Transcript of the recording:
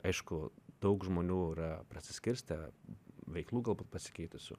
aišku daug žmonių yra prasiskirstę veiklų galbūt pasikeitusių